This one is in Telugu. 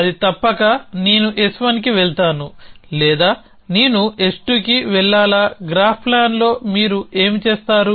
అది తప్పక నేను S1కి వెళ్తాను లేదా నేను S2కి వెళ్లాలా గ్రాఫ్ ప్లాన్లో మీరు ఏమి చేస్తారు